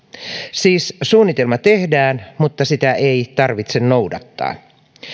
siis suunnitelma tehdään mutta sitä ei tarvitse noudattaa